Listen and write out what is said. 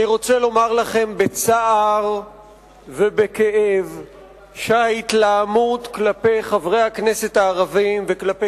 אני רוצה לומר לכם בצער ובכאב שההתלהמות כלפי חברי הכנסת הערבים וכלפי